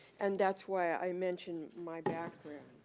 and that's why i mentioned my background.